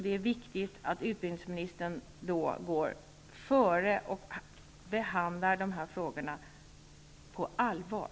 Det är då viktigt att utbildningsministern går före och behandlar de här frågorna på allvar.